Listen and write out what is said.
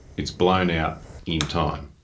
it's blown out in time.